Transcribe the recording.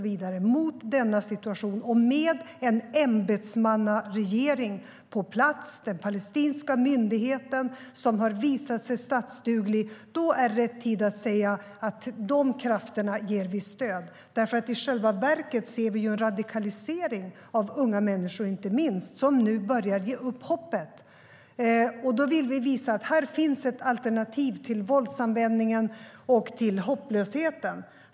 Med denna situation och en ämbetsmannaregering på plats med den palestinska myndigheten som har visat sig statsduglig är det rätt tid att säga att de krafterna ger vi stöd. I själva verket ser vi en radikalisering av inte minst unga människor som nu börjar ge upp hoppet. Vi vill visa att här finns ett alternativ till våldsanvändningen och hopplösheten.